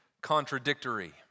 contradictory